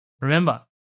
Remember